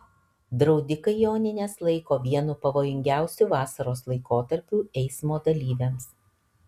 draudikai jonines laiko vienu pavojingiausių vasaros laikotarpių eismo dalyviams